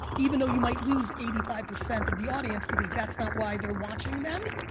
even though you might lose eighty five percent of the audience because that's not why they're watching them,